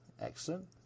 Excellent